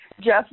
jeff